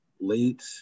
late